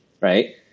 right